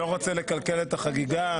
אני לא רוצה לקלקל את החגיגה.